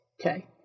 Okay